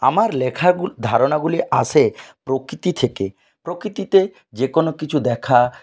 আমার লেখার ধারণাগুলি আসে প্রকৃতি থেকে প্রকৃতিতে যে কোনো কিছু দেখা